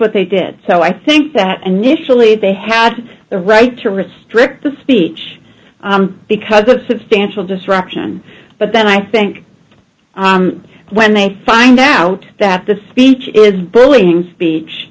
what they get so i think that initially they had the right to restrict the speech because good substantial disruption but then i think when they find out that the speech is bullying speech